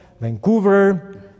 Vancouver